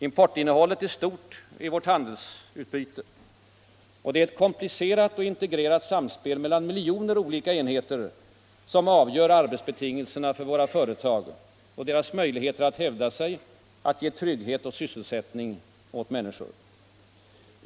Importinnehållet är stort i vårt handelsutbyte. Och det är ett komplicerat och integrerat samspel mellan miljoner olika enheter som avgör arbetsbetingelserna för våra företag och deras möjligheter att hävda sig och att ge trygghet och sysselsättning åt människor.